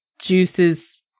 juices